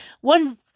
one